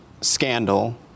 scandal